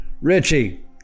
Richie